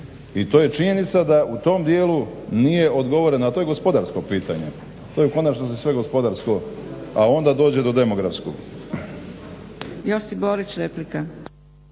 I to je činjenica da u tom dijelu nije odgovoreno, a to je gospodarsko pitanje. To je u konačnici sve gospodarsko a onda dođe do demografskog. **Zgrebec, Dragica